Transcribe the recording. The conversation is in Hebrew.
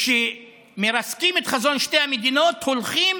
כשמרסקים את חזון שתי המדינות הולכים